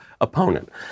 opponent